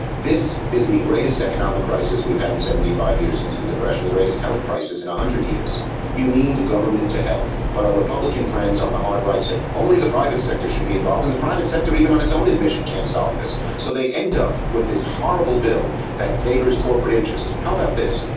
this is the greatest economic crisis we've had in seventy five years since the depression. the greatest health crisis in one hundred years you need the government to help but our republican friends on the hard right say only the private sector should be involved in the private sector even on its own admission can't solve this so they end up with this horrible bill that favors corporate interests. how about this,